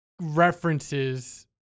references